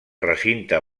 recinte